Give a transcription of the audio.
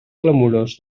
clamorós